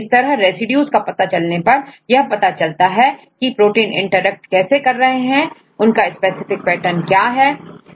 इस तरह रेसिड्यूज का पता चलने पर यह पता चलता है की प्रोटीन इंटरेक्ट कैसे करते हैं इसका स्पेसिफिक पैटर्न क्या है